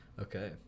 Okay